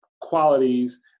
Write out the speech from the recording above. qualities